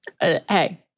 Hey